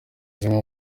zimwe